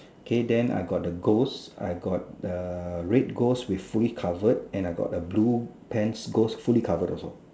K then I got the ghost I got the red ghost with fully covered and I got the blue pants ghost fully covered also